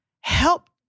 help